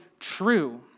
True